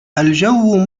الجو